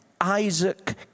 Isaac